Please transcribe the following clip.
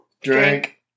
drink